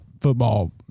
football –